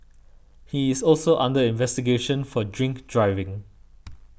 he is also under investigation for drink driving